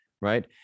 right